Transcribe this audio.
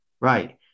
right